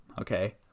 Okay